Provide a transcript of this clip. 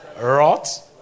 rot